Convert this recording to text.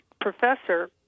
professor